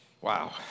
Wow